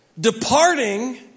Departing